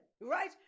right